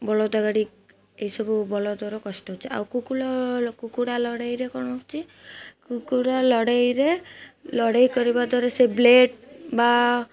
ବଳଦ ଗାଡ଼ି ଏସବୁ ବଳଦର କଷ୍ଟ ହେଉଛି ଆଉ କୁକୁଡ଼ା ଲଢ଼େଇରେ କ'ଣ ହେଉଛି କୁକୁଡ଼ା ଲଢ଼େଇରେ ଲଢ଼େଇ କରିବା ଦ୍ୱାରା ସେ ବ୍ଲେଡ଼୍ ବା